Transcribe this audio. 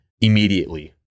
immediately